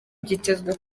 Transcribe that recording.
byitezwe